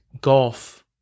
golf